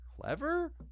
Clever